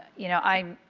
you know, i,